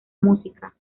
música